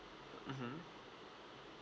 mmhmm